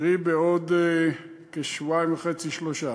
קרי, בעוד כשבועיים-וחצי שלושה.